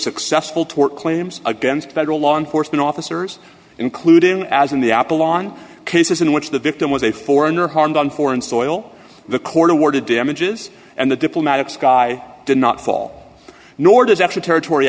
successful tort claims against federal law enforcement officers including as in the apple on cases in which the victim was a foreigner harmed on foreign soil the court awarded damages and the diplomatic sky did not fall nor does actually territor